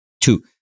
Two